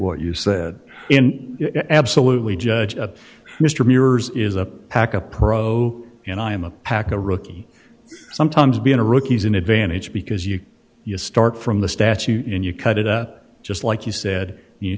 what you said in absolutely judge of mr mirrors is a pack a pro and i am a pack a rookie sometimes being a rookies an advantage because you start from the statute in you cut it out just like you said you